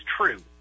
true